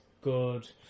good